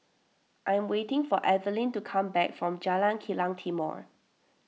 I am waiting for Evelyne to come back from Jalan Kilang Timor